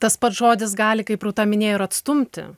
tas pats žodis gali kaip rūta minėjo ir atstumti